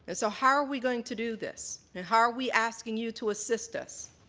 ah so how are we going to do this, and how are we asking you to assist us?